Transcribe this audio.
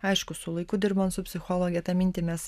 aišku su laiku dirbant su psichologe tą mintį mes